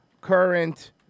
current